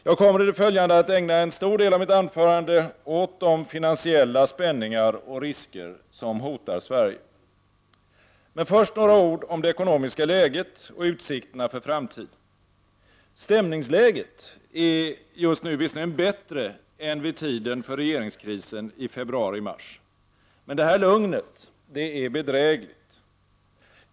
Jag kommer i det följande att ägna en stor del av mitt anförande åt de finansiella spänningar och risker som hotar Sverige. Men först skall jag säga några ord om det ekonomiska läget och utsikterna för framtiden. Stämningsläget just nu är visserligen bättre än vid tiden för regeringskrisen i februari-mars. Men lugnet är bedrägligt.